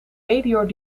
medior